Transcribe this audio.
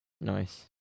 Nice